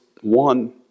one